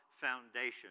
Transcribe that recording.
foundation